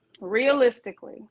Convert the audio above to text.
realistically